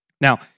Now